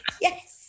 Yes